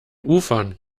ufern